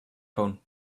phone